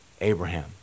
Abraham